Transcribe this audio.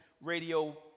radio